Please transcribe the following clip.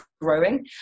growing